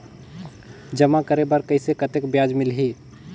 जमा करे बर कइसे कतेक ब्याज मिलही?